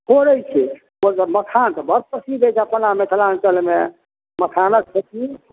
कोड़ै छै ओहिजग मखान तऽ बड़ प्रसिद्ध अछि अपना मिथिलाञ्चलमे मखानक खेती